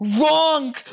wrong